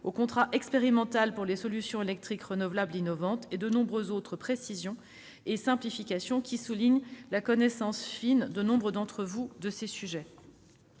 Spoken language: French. le contrat expérimental pour les solutions électriques renouvelables innovantes. De nombreuses autres précisions et simplifications soulignent la connaissance fine de nombre d'entre vous sur ces sujets.